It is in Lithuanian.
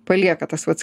palieka tas vat